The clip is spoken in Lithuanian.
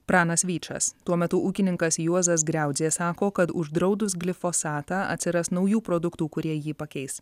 pranas vyčas tuo metu ūkininkas juozas griauzdė sako kad uždraudus glifosatą atsiras naujų produktų kurie jį pakeis